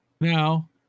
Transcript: Now